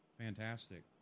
Fantastic